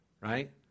right